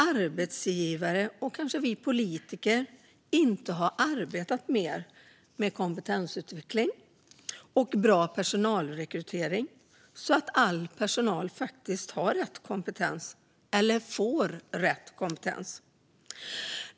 Arbetsgivare och vi politiker har inte arbetat mer med kompetensutveckling och bra personalrekrytering så att all personal har rätt kompetens eller får rätt kompetens.